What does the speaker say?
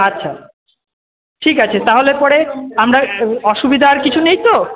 আচ্ছা ঠিক আছে তাহলে পরে আমরা অসুবিধা আর কিছু নেই তো